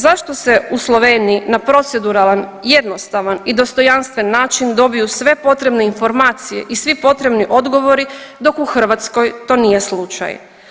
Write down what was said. Zašto se u Sloveniji na proceduralan, jednostavan i dostojanstven način dobiju sve potrebne informacije i svi potrebni odgovori dok u Hrvatskoj to nije slučaj?